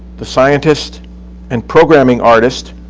the scientist and programming artist,